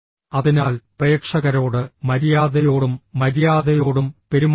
അതിനാൽ പ്രേക്ഷകരോട് മര്യാദയോടും മര്യാദയോടും പെരുമാറുക